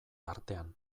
tartean